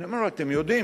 אני אומר: אתם יודעים,